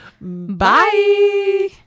Bye